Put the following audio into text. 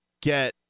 get